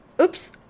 Oops